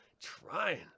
Trying